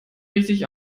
richtig